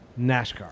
NASCAR